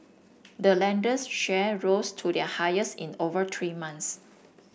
the lender's share rose to their highest in over three months